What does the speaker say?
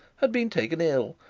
had been taken ill,